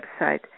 website